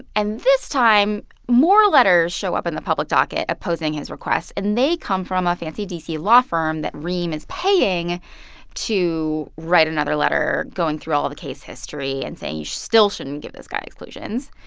and this time, more letters show up in the public docket opposing his requests. and they come from a fancy d c. law firm that rheem is paying to write another letter, going through all of the case history and saying, you still shouldn't give this guy exclusions.